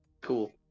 Cool